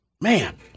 Man